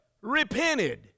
repented